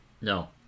No